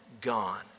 Gone